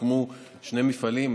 הוקמו שני מפעלים,